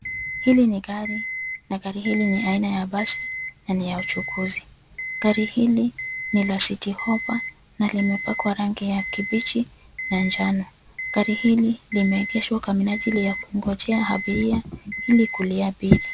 Hili ni gari, na gari hili ni aina ya basi, na ni ya uchukuzi. Gari hili ni la City Hoppa, na limepakwa rangi ya kibichi na njano. Gari hili limeekeshwa kwa minajili ya kungojea abiria ili kuliabiri.